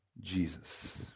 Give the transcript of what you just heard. Jesus